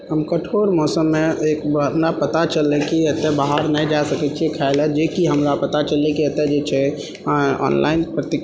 हम कठोर मौसममे एकबार नहि पता चललै कि आइ बाहर नहि जा सकै छियै खाय लअ जेकि हमरा पता चललै कि एतऽ जे छै ऑनलाइन प्रति